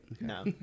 No